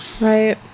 Right